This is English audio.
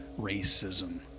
racism